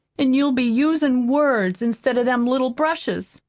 an' you'll be usin' words instead of them little brushes.